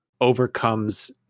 overcomes